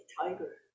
tiger